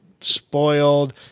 spoiled